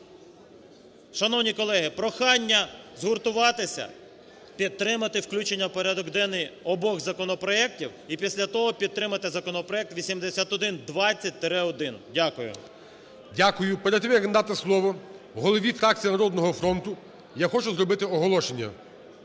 Шановні колеги, прохання згуртуватися, підтримати включення в порядок денний обох законопроектів і після того підтримати законопроект 8120-1. Дякую. ГОЛОВУЮЧИЙ. Дякую. Перед тим, як надати слово голові фракції "Народного фронту", я хочу зробити оголошення.